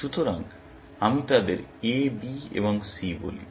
সুতরাং আমি তাদের A B এবং C বলি